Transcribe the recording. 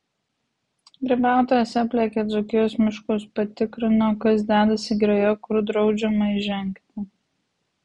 grybautojas aplėkė dzūkijos miškus patikrino kas dedasi girioje kur draudžiama įžengti